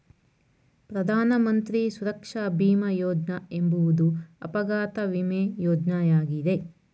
ಪ್ರಧಾನ ಮಂತ್ರಿ ಸುರಕ್ಷಾ ಭೀಮ ಯೋಜ್ನ ಎಂಬುವುದು ಅಪಘಾತ ವಿಮೆ ಯೋಜ್ನಯಾಗಿದೆ